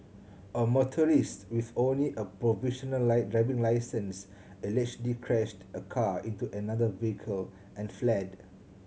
a motorist with only a provisional driving licence allegedly crashed a car into another vehicle and fled